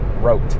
wrote